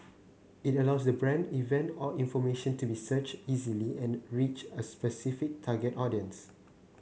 it allows the brand event or information to be searched easily and reach a specific target audience